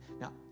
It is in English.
Now